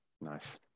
nice